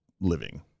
living